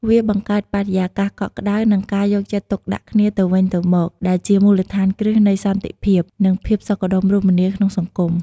វាបង្ហាញថាវត្តអារាមមិនមែនត្រឹមតែជាកន្លែងគោរពបូជាប៉ុណ្ណោះទេ ថែមទាំងជាមជ្ឈមណ្ឌលសហគមន៍ដែលពោរពេញដោយការអាណិតអាសូរ និងសេចក្តីស្រលាញ់រាប់អានផងដែរ។